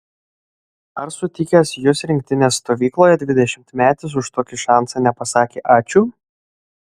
ar sutikęs jus rinktinės stovykloje dvidešimtmetis už tokį šansą nepasakė ačiū